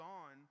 on